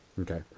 Okay